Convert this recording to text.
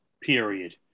period